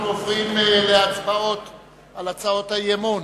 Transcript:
עוברים להצבעות על הצעות האי-אמון.